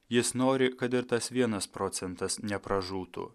jis nori kad ir tas vienas procentas nepražūtų